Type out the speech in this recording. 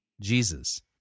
Jesus